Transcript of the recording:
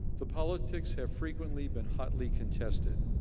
the politics have frequently been hotly contested.